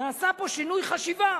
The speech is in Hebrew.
נעשה פה שינוי חשיבה,